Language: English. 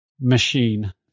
machine